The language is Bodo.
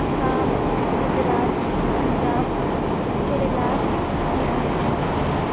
आसाम गुजरात पान्जाब केरेला बिहार